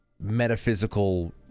metaphysical